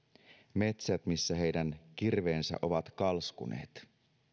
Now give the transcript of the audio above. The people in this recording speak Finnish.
metsät missä heidän kirveensä ovat kalskuneet